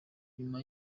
nyuma